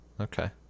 Okay